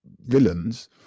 villains